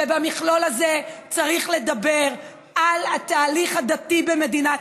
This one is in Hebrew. ובמכלול הזה צריך לדבר על התהליך הדתי במדינת